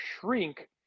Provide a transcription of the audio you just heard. shrink